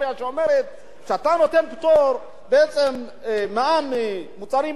כשאתה נותן פטור ממע"מ על מוצרים בסיסיים לכולם,